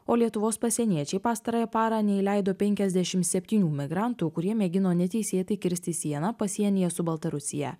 o lietuvos pasieniečiai pastarąją parą neįleido penkiasdešim septynių migrantų kurie mėgino neteisėtai kirsti sieną pasienyje su baltarusija